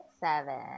seven